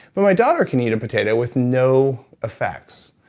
but my daughter can eat a potato with no effects.